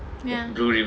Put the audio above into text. ya